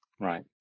Right